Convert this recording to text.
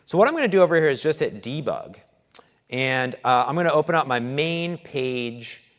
so what i'm going to do over here is just hit debug and i'm going to open up my main page.